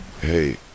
hey